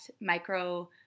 micro